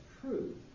true